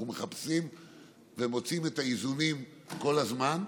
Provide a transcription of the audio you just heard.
אנחנו מחפשים ומוצאים את האיזונים כל הזמן.